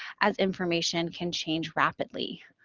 as information can change rapidly.